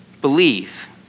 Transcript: believe